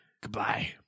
goodbye